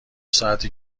ساعته